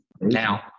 now